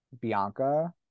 bianca